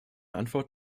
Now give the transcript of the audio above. antwort